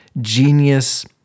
genius